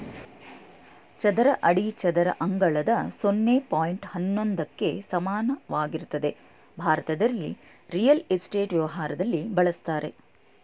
ಚದರ ಅಡಿ ಚದರ ಅಂಗಳದ ಸೊನ್ನೆ ಪಾಯಿಂಟ್ ಹನ್ನೊಂದಕ್ಕೆ ಸಮಾನವಾಗಿರ್ತದೆ ಭಾರತದಲ್ಲಿ ರಿಯಲ್ ಎಸ್ಟೇಟ್ ವ್ಯವಹಾರದಲ್ಲಿ ಬಳುಸ್ತರೆ